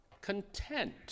content